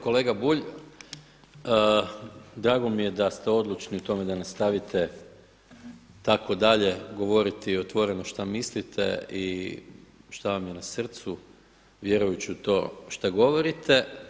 Kolega Bulj, drago mi je da ste odlučni u tome da nastavite itd. govoriti otvoreno šta mislite i šta vam je na srcu vjerujući u to šta govorite.